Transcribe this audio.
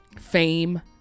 fame